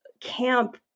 camp